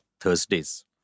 Thursdays